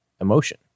emotion